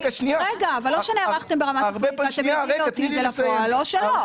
אבל או שנערכתם תפעולית ואתם יכולים להוציא את זה לפועל או שלא.